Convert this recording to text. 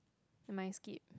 never mind skip